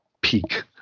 peak